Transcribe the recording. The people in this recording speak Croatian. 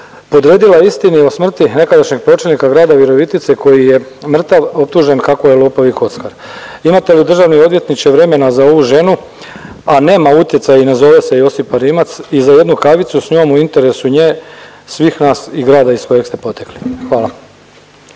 podredila istini o smrti nekadašnjeg pročelnika grada Virovitice koji je mrtav optužen kako je lopov i kockar. Imate li državni odvjetniče vremena za ovu ženu, a nema utjecaj i ne zove se Josipa Rimac i za jednu kavicu sa njom u interesu svih nas i grada iz kojeg ste potekli? Hvala.